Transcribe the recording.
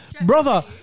brother